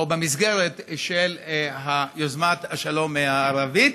או: במסגרת של יוזמת השלום הערבית,